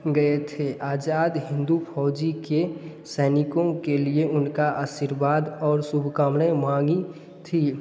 गए थे आज़ाद हिंदू फौजी के सैनिकों के लिए उनका आशीर्वाद और शुभकामनाएँ मांगी थी